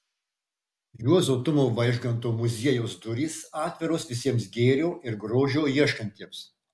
juozo tumo vaižganto muziejaus durys atviros visiems gėrio ir grožio ieškantiems